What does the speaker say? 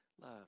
Love